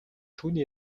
түүний